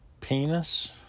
penis